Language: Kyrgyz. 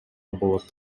болот